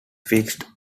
fixed